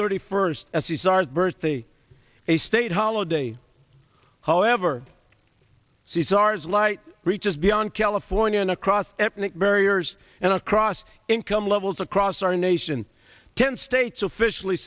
thirty first as the sars burst the a state holiday however see sars light reaches beyond california and across ethnic barriers and across income levels across our nation ten states officially